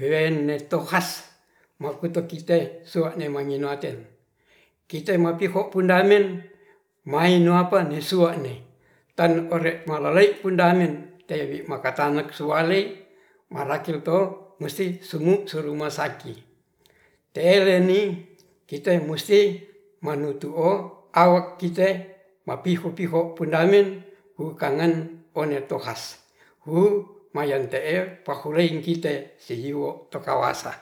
weneto has mokutoki te sua'ne manginoaten kite mapiho pundamen mainapan sua'ne tan ore mararai' pundamen tewi makatak sualei marakel to musti sungu suru masaki teleni kite musti manutuo awak kite mapihi-piho pundamen wu kangen one to has huu mayang te'e pahureing kite siyiwo to pakawasah